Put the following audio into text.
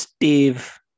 Steve